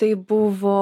tai buvo